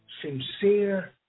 sincere